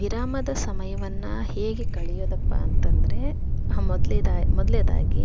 ವಿರಾಮದ ಸಮಯವನ್ನು ಹೇಗೆ ಕಳೆಯೋದಪ್ಪ ಅಂತಂದರೆ ಮೊದ್ಲೇದಾ ಮೊದಲ್ನೇದಾಗಿ